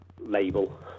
label